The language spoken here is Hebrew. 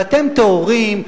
ואתם טהורים,